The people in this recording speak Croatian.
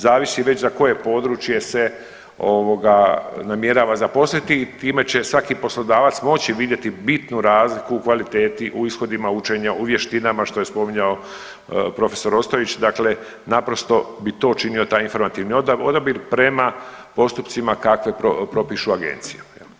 Zavisi već za koje područje se ovoga namjerava zaposliti i time će svaki poslodavac moći vidjeti bitnu razliku u kvaliteti, u ishodima učenja, u vještinama što je spominjao prof. Ostojić, dakle naprosto bi to činio taj informativni odabir prema postupcima kakve propišu agencije.